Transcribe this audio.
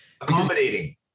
Accommodating